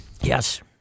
Yes